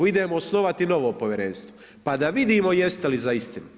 Idemo osnovati novo povjerenstvo pa da vidimo jeste li za istinu.